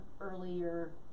earlier